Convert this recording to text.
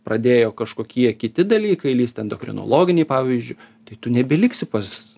pradėjo kažkokie kiti dalykai lįst endokrinologiniai pavyzdžiui tai tu nebeliksi pas